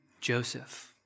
Joseph